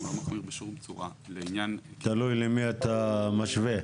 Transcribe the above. תלוי למי אתה משווה.